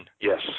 Yes